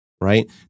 right